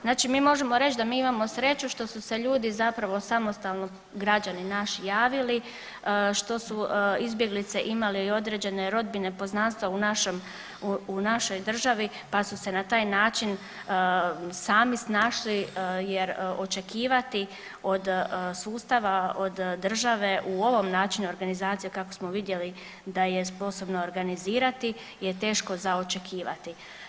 Znači mi možemo reći da mi imamo sreću što su se ljudi zapravo samostalno, građani naši javili, što su izbjeglice imale i određene rodbine, poznanstva u našem, u našoj državi pa su se na taj način sami snašli jer očekivati od sustava, od države u ovom načinu organizacije kako smo vidjeli da je sposobno organizirati je teško za očekivati.